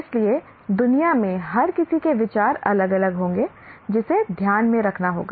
इसलिए दुनिया में हर किसी के विचार अलग अलग होंगे जिसे ध्यान में रखना होगा